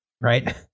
right